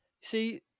See